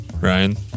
Ryan